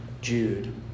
Jude